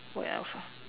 what else ah